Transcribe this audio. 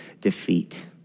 defeat